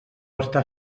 està